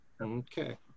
Okay